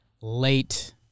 late